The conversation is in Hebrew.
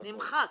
נמחק.